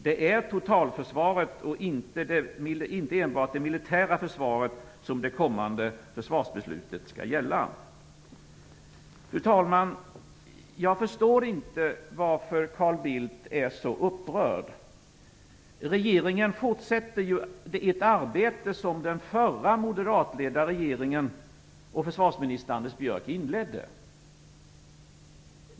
Det är totalförsvaret och inte enbart det militära försvaret som det kommande försvarsbeslutet skall gälla. Fru talman! Jag förstår inte varför Carl Bildt är så upprörd. Regeringen fortsätter ju det arbete som den förra moderatledda regeringen och försvarsminister Anders Björck inledde.